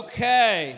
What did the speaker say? Okay